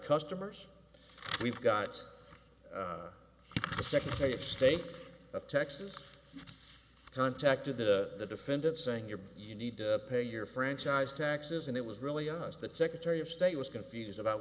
customers we've got the secretary of state of texas contacted the defendant saying you're you need to pay your franchise taxes and it was really us that secretary of state was confused about